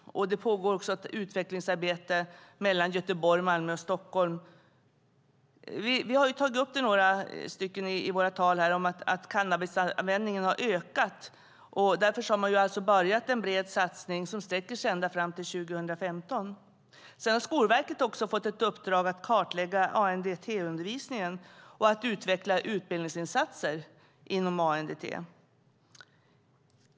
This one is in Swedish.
Det pågår också ett utvecklingsarbete mellan Göteborg, Malmö och Stockholm. Några har redan nämnt att cannabisanvändningen har ökat, och därför har man påbörjat en bred satsning som sträcker sig fram till 2015. Dessutom har Skolverket fått ett uppdrag att kartlägga ANDT-undervisningen och utveckla utbildningsinsatser inom ANDT.